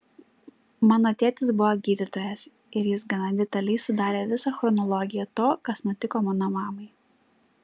mano tėtis buvo gydytojas ir jis gana detaliai sudarė visą chronologiją to kas nutiko mano mamai